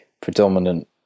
predominant